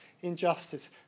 injustice